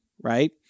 right